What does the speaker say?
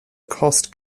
cost